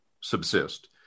subsist